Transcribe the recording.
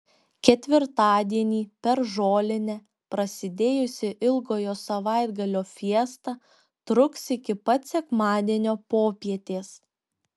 ketvirtadienį per žolinę prasidėjusi ilgojo savaitgalio fiesta truks iki pat sekmadienio popietės